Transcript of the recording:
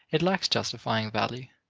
it lacks justifying value.